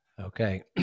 Okay